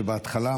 בהתחלה,